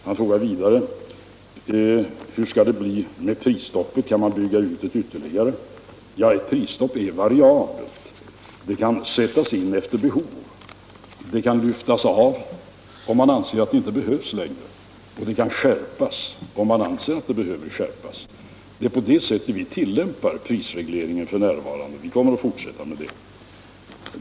Han frågar vidare hur det skall bli med prisstoppet. Kan man bygga ut det ytterligare? Ja, ett prisstopp är variabelt. Det kan sättas in efter behov. Det kan lyftas av om man anser att det inte behövs längre och det kan skärpas om man anser att det behöver skärpas. Det är på det sättet vi tillämpar prisregleringen f. n. och vi kommer att fortsätta med det.